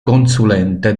consulente